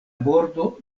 bordo